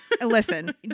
Listen